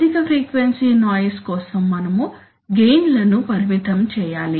అధిక frequency noise కోసం మనము గెయిన్ లను పరిమితం చేయాలి